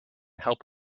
help